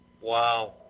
Wow